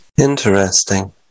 interesting